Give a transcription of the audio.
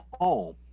home